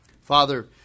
Father